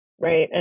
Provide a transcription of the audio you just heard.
right